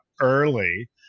early